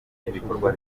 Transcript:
y’ibikorwa